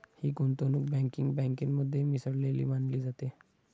ही गुंतवणूक बँकिंग बँकेमध्ये मिसळलेली मानली जाते